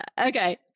Okay